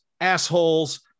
assholes